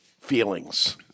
Feelings